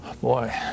Boy